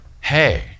Hey